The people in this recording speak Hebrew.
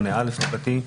8א,